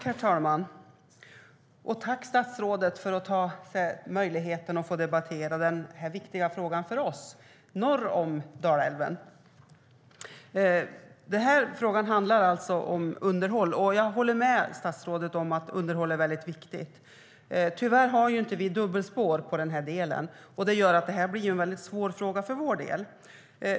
Herr talman! Jag tackar statsrådet för möjligheten att få debattera denna viktiga fråga för oss norr om Dalälven. Frågan handlar om underhåll. Jag håller med statsrådet om att underhåll är viktigt. Tyvärr har vi inte dubbelspår, vilket gör att det blir en svår fråga för oss.